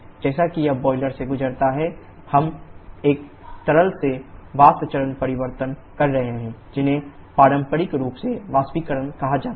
जैसा कि यह बॉयलर से गुजरता है हम एक तरल से वाष्प चरण परिवर्तन कर रहे हैं जिसे पारंपरिक रूप से वाष्पीकरण कहा जाता है